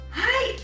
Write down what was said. hi